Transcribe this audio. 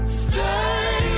stay